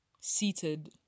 seated